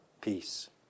peace